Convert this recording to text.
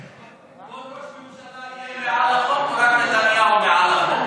כל ראש ממשלה הוא מעל החוק או רק נתניהו מעל החוק?